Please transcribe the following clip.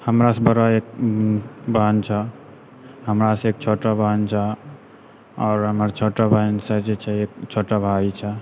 हमरासँ बड़ा एक बहन छौ हमरासँ एक छोटो बहिन छौ आओरर हमर छोटो भी सँ जे छै छोटो भाय छौ